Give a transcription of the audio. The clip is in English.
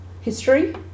history